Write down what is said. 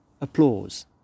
Applause